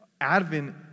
Advent